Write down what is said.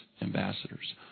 ambassadors